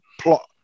plot